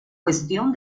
cuestión